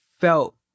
felt